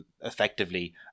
effectively